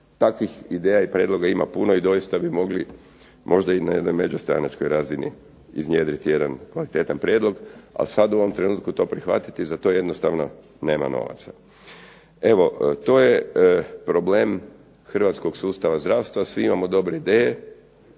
Takvih ideja i prijedloga ima puno, i doista bi mogli možda i na međustranačkoj razini iznjedriti jedan kvalitetan prijedlog, ali sad u ovom trenutku to prihvatiti, za to jednostavno nema novaca. Evo to je problem hrvatskog sustava zdravstva, svi imamo dobre ideje,